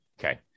Okay